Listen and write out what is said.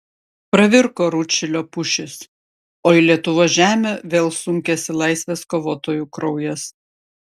pravirko rūdšilio pušys o į lietuvos žemę vėl sunkėsi laisvės kovotojų kraujas